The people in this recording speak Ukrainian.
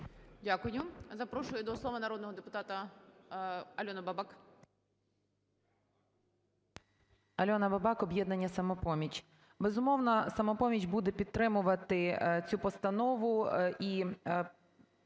Дякую. Запрошую до слова народного депутата Альону Бабак.